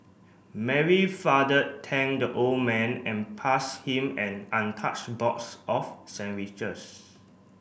Mary father thanked the old man and pass him an untouched box of sandwiches